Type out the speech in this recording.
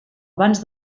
abans